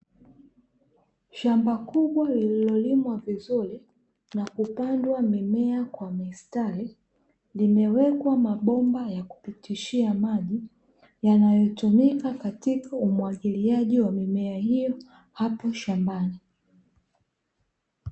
Shamba kubwa lililolimwa vizuri na kupandwa mimea kwa mistari, limewekwa mabomba ya kupitishia maji yanayotumika katika umwagiliaji wa mimea hiyo hapo shambani.